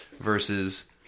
versus